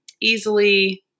easily